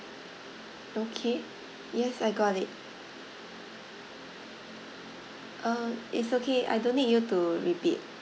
okay yes I got it uh it's okay I don't need you to repeat